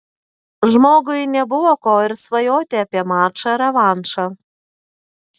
žmogui nebuvo ko ir svajoti apie mačą revanšą